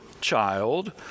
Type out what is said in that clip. child